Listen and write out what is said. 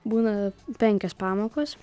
būna penkios pamokos